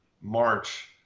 March